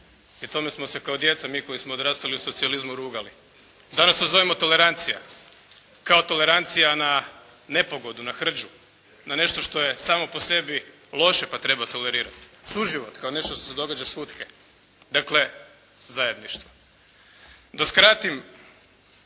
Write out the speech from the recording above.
i tome smo se kao djeca, mi koji smo odrastali u socijalizmu rugali. Danas to zovemo tolerancija, kao tolerancija na nepogodu, na hrđu, na nešto što je samo po sebi loše pa treba tolerirati. Suživot, kao nešto što se događa šutke. Dakle, zajedništvo. Da skratim,